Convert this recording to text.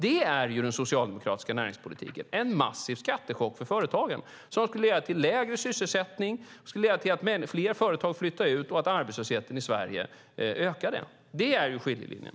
Det är den socialdemokratiska näringspolitiken, det vill säga en massiv skattechock för företagen, som skulle leda till lägre sysselsättning, till att fler företag flyttar ut och att arbetslösheten i Sverige ökar. Det är skiljelinjen.